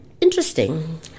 interesting